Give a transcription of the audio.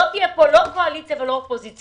לא תהיה פה לא קואליציה ולא אופוזיציה.